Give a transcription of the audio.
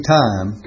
time